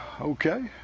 Okay